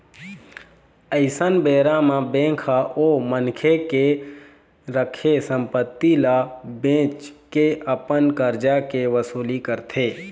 अइसन बेरा म बेंक ह ओ मनखे के रखे संपत्ति ल बेंच के अपन करजा के वसूली करथे